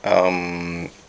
um